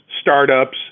startups